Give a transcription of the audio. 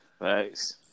Thanks